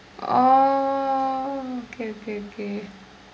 oh okay okay okay